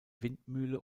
windmühle